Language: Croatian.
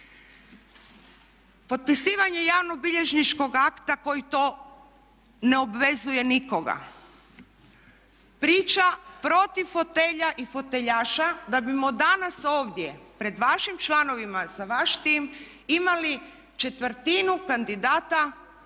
Potpisivanje javnobilježničkog akta koji to ne obvezuje nikoga, priča protiv fotelja i foteljaša da bismo danas ovdje pred vašim članovima, za vaš tim imali četvrtinu kandidata